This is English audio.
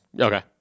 Okay